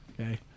Okay